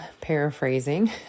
paraphrasing